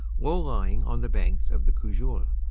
low-lying on the banks of the cojeul.